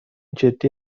جدی